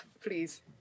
please